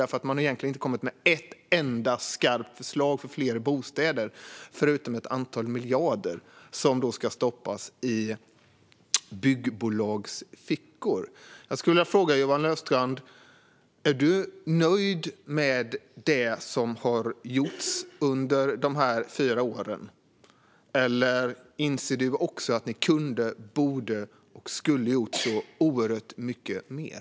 Man har egentligen inte kommit med ett enda skarpt förslag för att skapa fler bostäder, förutom ett antal miljarder som ska stoppas i byggbolags fickor. Jag vill fråga Johan Löfstrand: Är du nöjd med det som har gjorts under de här fyra åren? Eller inser du också att ni kunde, borde och skulle ha gjort oerhört mycket mer?